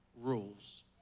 rules